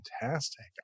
fantastic